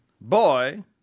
boy